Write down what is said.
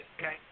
Okay